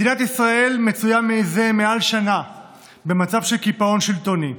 מדינת ישראל מצויה זה למעלה משנה במצב של קיפאון שלטוני,